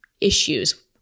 issues